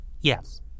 Yes